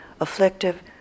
afflictive